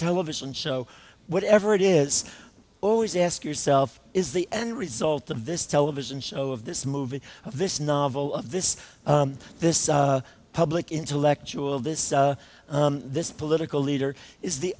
television show whatever it is always ask yourself is the end result of this television show of this movie of this novel of this this public intellectual this this political leader is the